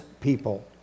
people